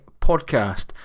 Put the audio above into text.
podcast